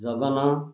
Jagan